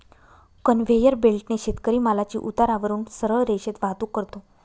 conveyor बेल्टने शेतकरी मालाची उतारावरून सरळ रेषेत वाहतूक करतो